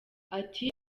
ati